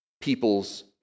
people's